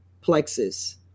plexus